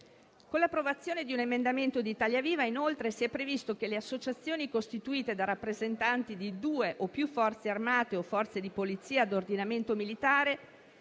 Con l'approvazione di un emendamento di Italia Viva, inoltre, si è previsto che le associazioni costituite da rappresentanti di due o più Forze armate o Forze di polizia a ordinamento militare